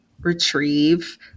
retrieve